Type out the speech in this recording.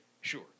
sure